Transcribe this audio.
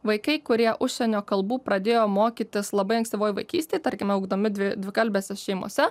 vaikai kurie užsienio kalbų pradėjo mokytis labai ankstyvoj vaikystėj tarkime augdami dvi dvikalbėse šeimose